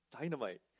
Dynamite